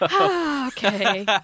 Okay